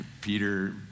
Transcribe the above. peter